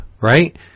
right